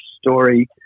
story